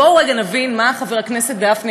בואו רגע נבין מה חבר הכנסת גפני,